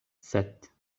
sept